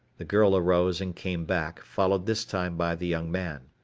the girl arose and came back, followed this time by the young man.